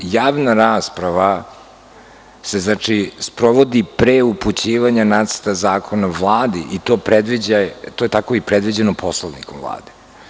Javna rasprava se sprovodi pre upućivanja nacrta zakona Vladi i to je tako i predviđeno Poslovnikom Vlade.